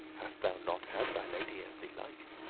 hast thou not had thy lady as thee liked?